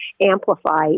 amplify